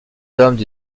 hommes